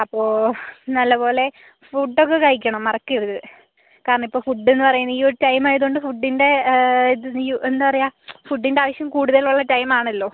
അപ്പോൾ നല്ല പോലെ ഫുഡ്ഡൊക്കെ കഴിക്കണം മറക്കരുത് കാരണം ഇപ്പോൾ ഫുഡ്ഡെന്ന് പറയുന്നത് ഈ ഒരു ടൈമായ കൊണ്ട് ഫുഡ്ഡിൻ്റെ ഇത് എന്താ പറയുക ഫുഡ്ഡിന്റാവശ്യം കൂടുതലുള്ള ടൈമാണല്ലോ